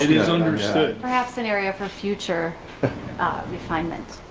is understood. perhaps scenario for future refinement.